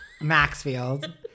Maxfield